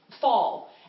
fall